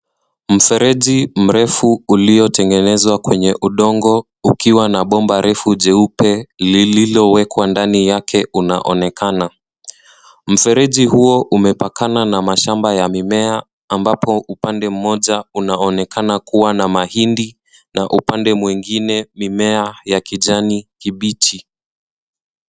Mfereji mrefu uliyotengenezwa kwenye udongo ukiwa na bomba refu jeupe lililowekwa ndani yake unaonekana. Mfereji huo umepakana na mashamba ya mimea ambapo upande moja unaonekana kuwa na mahindi na upande mwingine mimea ya kijani kibichi.